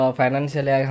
financially